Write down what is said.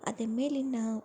ಅದ್ರ ಮೇಲೆ ನಾವು